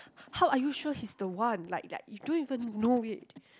h~ how are you sure he's the one like like you don't even know it